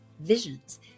visions